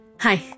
Hi